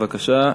בבקשה.